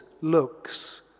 looks